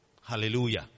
Hallelujah